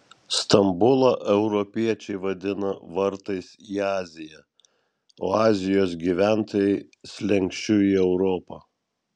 stambulą europiečiai vadina vartais į aziją o azijos gyventojai slenksčiu į europą